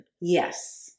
Yes